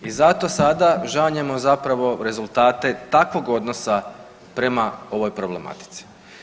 I zato sada žanjemo zapravo rezultate takvog odnosa prema ovoj problematici.